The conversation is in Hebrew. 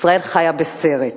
ישראל חיה בסרט.